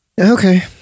Okay